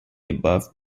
above